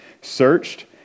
searched